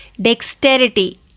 dexterity